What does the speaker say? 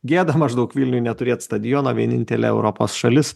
gėda maždaug vilniuj neturėt stadiono vienintelė europos šalis